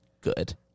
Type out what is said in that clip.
good